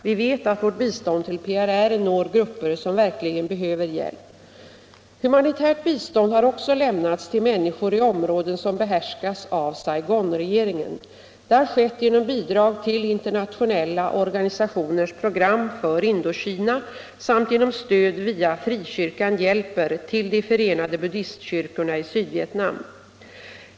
Vi vet att vårt bistånd till PRR når grupper som verkligen behöver hjälp. Humanitärt bistånd har också lämnats till människor i områden som behärskas av Saigonregeringen. Det har skett genom bidrag till internationella organisationers program för Indokina samt genom stöd via Frikyrkan hjälper till De förenade buddistkyrkorna i Sydvietnam.